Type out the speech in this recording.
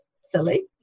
silly